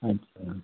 अच्छा